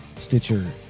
Stitcher